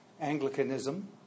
Anglicanism